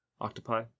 octopi